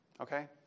Okay